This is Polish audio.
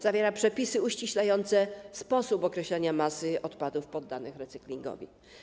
Zawiera on przepisy uściślające sposób określania masy odpadów poddanych recyklingowi.